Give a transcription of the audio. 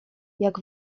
jak